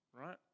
right